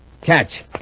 Catch